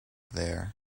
there